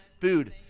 food